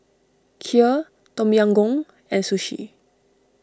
Kheer Tom Yam Goong and Sushi